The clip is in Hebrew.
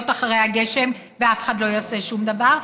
אחרי הגשם ואף אחד לא יעשה שום דבר,